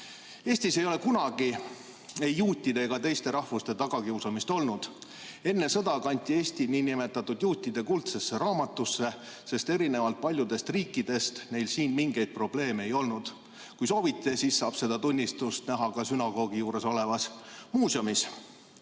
Eestis ei ole kunagi ei juutide ega teiste rahvuste tagakiusamist olnud. Enne sõda kanti Eesti nn juutide kuldsesse raamatusse, sest erinevalt paljudest riikidest neil siin mingeid probleeme ei olnud. Kui soovite, siis saab seda tunnistust näha ka sünagoogi juures olevas muuseumis.